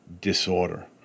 disorder